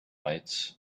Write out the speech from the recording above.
lights